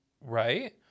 Right